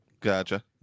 Gotcha